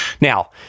Now